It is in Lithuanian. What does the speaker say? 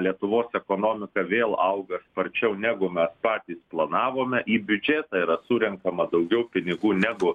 lietuvos ekonomika vėl auga sparčiau negu mes patys planavome į biudžetą yra surenkama daugiau pinigų negu